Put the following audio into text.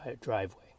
driveway